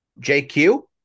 JQ